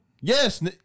Yes